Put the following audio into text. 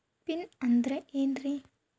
Pin ಅಂದ್ರೆ ಏನ್ರಿ?